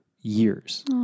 years